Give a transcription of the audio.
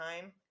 time